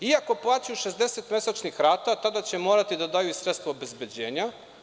Iako plaćaju 60 mesečnih rata, tada će morati da daju i sredstva obezbeđenja.